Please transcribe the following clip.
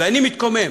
ואני מתקומם.